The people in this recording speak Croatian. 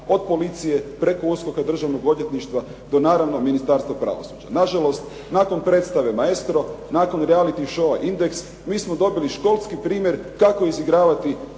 od policije, preko USKOK-a, državnog odvjetništva, do naravno Ministarstva pravosuđa. Nažalost, nakon predstave maestro, nakon reality showa indeks, mi smo dobili školski primjer kako izigravati